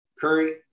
Curry